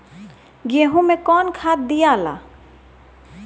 गेहूं मे कौन खाद दियाला?